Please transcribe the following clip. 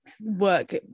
work